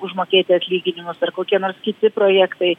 užmokėti atlyginimus ar kokie nors kiti projektai